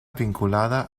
vinculada